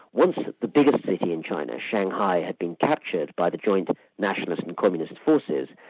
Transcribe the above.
once the biggest city in china, shanghai, had been captured by the joint nationalist and communist forces,